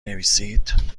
نویسید